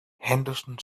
henderson